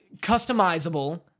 customizable